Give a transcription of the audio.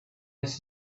his